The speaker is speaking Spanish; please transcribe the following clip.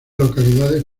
localidades